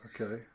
Okay